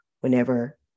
whenever